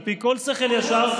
על פי כל שכל ישר,